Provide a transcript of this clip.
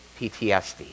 PTSD